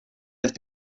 have